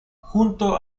junto